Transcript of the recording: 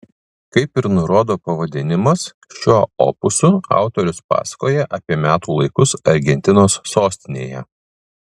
kaip ir nurodo pavadinimas šiuo opusu autorius pasakoja apie metų laikus argentinos sostinėje